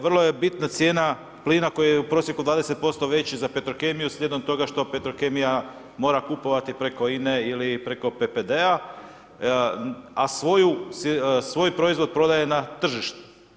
Vrlo je bitna cijena plina koja je u prosjeku 20% veći za Petrokemiju slijedom toga što Petrokemija mora kupovati preko INA-e ili preko PPD-a a svoj proizvod prodaje na tržištu.